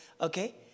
okay